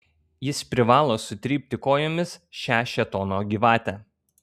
jis privalo sutrypti kojomis šią šėtono gyvatę